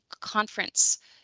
conference